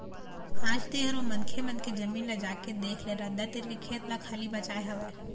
आज तेंहा ओ मनखे मन के जमीन ल जाके देख ले रद्दा तीर के खेत ल खाली बचाय हवय